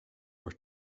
were